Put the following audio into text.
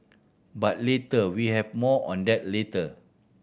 but later we have more on that later